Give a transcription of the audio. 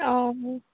অঁ